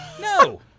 No